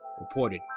reported